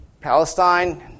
Palestine